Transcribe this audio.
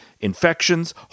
infections